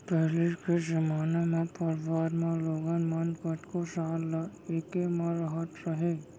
पहिली के जमाना म परवार म लोगन मन कतको साल ल एके म रहत रहें